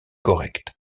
correct